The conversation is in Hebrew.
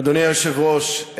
אדוני היושב-ראש,